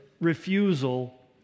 refusal